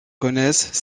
connaissent